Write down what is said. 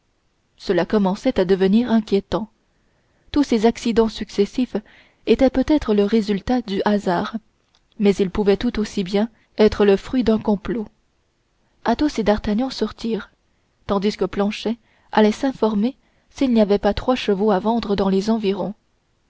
cela commençait à devenir inquiétant tous ces accidents successifs étaient peut-être le résultat du hasard mais ils pouvaient tout aussi bien être le fruit d'un complot athos et d'artagnan sortirent tandis que planchet allait s'informer s'il n'y avait pas trois chevaux à vendre dans les environs